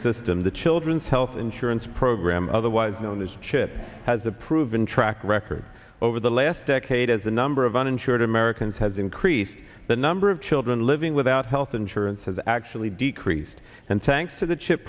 system the children's health insurance program otherwise known as chip has a proven track record over the last decade as the number of uninsured americans has increased the number of children living without health insurance has actually decreased and thanks to the chip